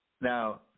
now